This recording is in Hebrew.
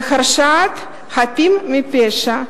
להרשעת חפים מפשע,